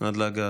עד להגעתו.